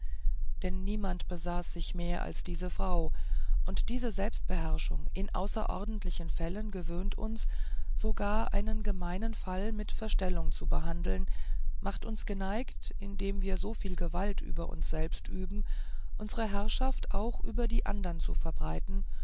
denn niemand besaß sich mehr als diese frau und diese selbstbeherrschung in außerordentlichen fällen gewöhnt uns sogar einen gemeinen fall mit verstellung zu behandeln macht uns geneigt indem wir soviel gewalt über uns selbst üben unsre herrschaft auch über die andern zu verbreiten